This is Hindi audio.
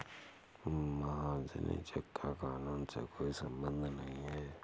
महाजनी चेक का कानून से कोई संबंध नहीं है